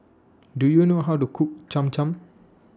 Do YOU know How to Cook Cham Cham